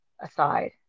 aside